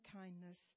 kindness